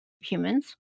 humans